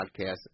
Podcast